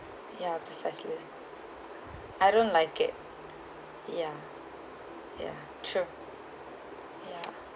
ya precisely I don't like it ya ya true ya